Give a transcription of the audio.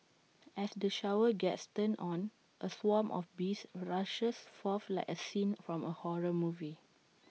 as the shower gets turned on A swarm of bees rushes forth like A scene from A horror movie